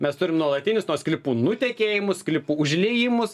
mes turim nuolatinius nuo sklypų nutekėjimus sklypų užliejimus